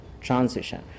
transition